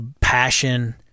passion